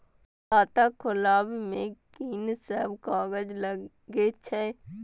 खाता खोलाअब में की सब कागज लगे छै?